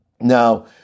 Now